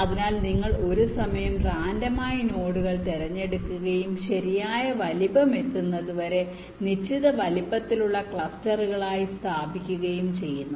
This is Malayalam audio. അതിനാൽ നിങ്ങൾ ഒരു സമയം റാൻഡം ആയി നോഡുകൾ തിരഞ്ഞെടുക്കുകയും ശരിയായ വലുപ്പം എത്തുന്നതുവരെ നിശ്ചിത വലുപ്പത്തിലുള്ള ക്ലസ്റ്ററുകളായി സ്ഥാപിക്കുകയും ചെയ്യുന്നു